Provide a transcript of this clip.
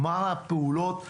מה הפעולות האופרטיביות?